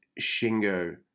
Shingo